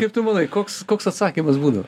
kaip tu manai koks koks atsakymas būdavo